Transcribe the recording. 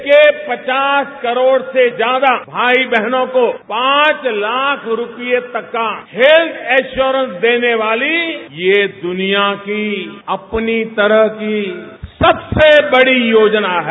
देश के पचास करोड़ से ज्यादा भाई बहनों को पांच लाख रूपये तक का हेत्थ इंश्योरेंस देने वाली यह दुनिया की अपनी तरह की सबसे बड़ी योजना है